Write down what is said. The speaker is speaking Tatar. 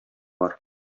бар